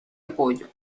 apoyo